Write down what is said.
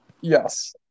Yes